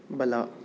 ಬಲ